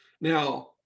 Now